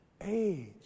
age